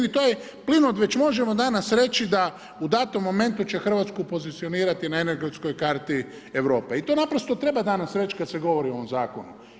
I to je plinovod već danas možemo reći da u datom momentu će Hrvatsku pozicionirati na energetskoj karti Europe i to naprosto treba danas reći kada se govori o ovom zakonu.